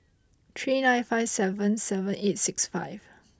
three nine five seven seven eight six five